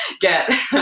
get